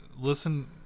listen